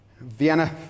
Vienna